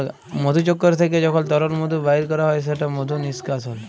মধুচক্কর থ্যাইকে যখল তরল মধু বাইর ক্যরা হ্যয় সেট মধু লিস্কাশল